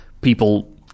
people